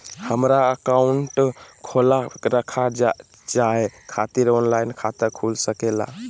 हमारा अकाउंट खोला रखा जाए खातिर ऑनलाइन खाता खुल सके ला?